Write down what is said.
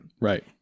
Right